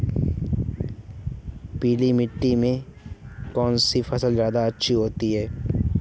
पीली मिट्टी में कौन सी फसल ज्यादा अच्छी होती है?